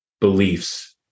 beliefs